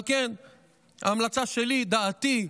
על כן ההמלצה שלי, דעתי,